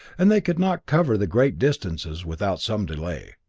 and they could not cover the great distances without some delay.